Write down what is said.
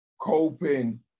coping